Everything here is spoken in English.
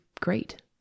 great